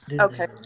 Okay